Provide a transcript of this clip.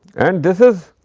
and, this is